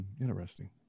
Interesting